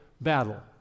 battle